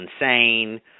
insane